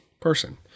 person